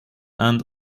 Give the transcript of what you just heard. and